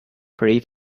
grief